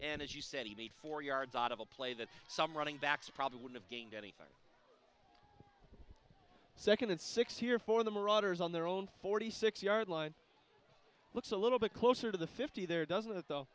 and as you said he made four yards out of a play that some running backs probably would have gained anything second and six here for the marauders on their own forty six yard line looks a little bit closer to the fifty there doesn't it though